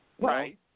Right